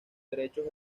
derechos